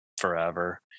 forever